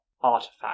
artifact